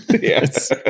Yes